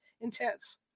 intense